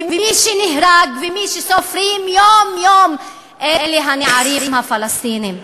ומי שנהרג ומי שסופרים יום-יום אלה הנערים הפלסטינים.